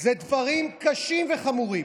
אלה דברים קשים וחמורים.